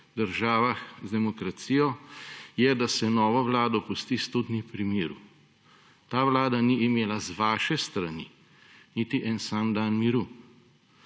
državah z demokracijo, je, da se novo vlado pusti sto dni pri miru. Ta vlada ni imela z vaše strani niti enega samega dne miru.